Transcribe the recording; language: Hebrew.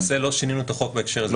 לא שינינו את החוק בהקשר הזה,